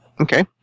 Okay